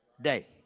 day